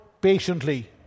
patiently